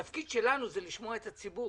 התפקיד שלנו הוא לשמוע את הציבור,